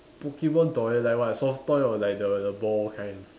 Pokemon toy like what soft toy or like the the ball kind